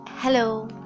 Hello